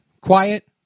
quiet